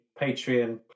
Patreon